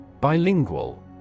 Bilingual